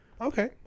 Okay